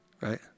right